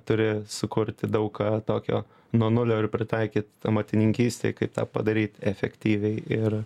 turi sukurti daug ką tokio nuo nulio ir pritaikyt amatininkystėj kaip tą padaryt efektyviai ir